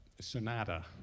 sonata